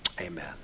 amen